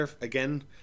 again